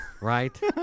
right